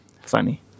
funny